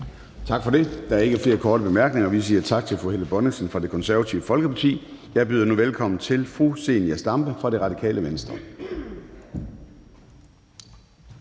Tak for det. Der er ikke flere korte bemærkninger. Vi siger tak til fru Helle Bonnesen fra Det Konservative Folkeparti. Jeg byder nu velkommen til fru Zenia Stampe fra Radikale Venstre.